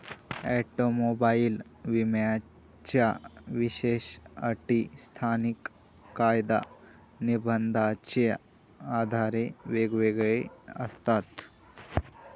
automobile विम्याच्या विशेष अटी स्थानिक कायदा निर्बंधाच्या आधारे वेगवेगळ्या असतात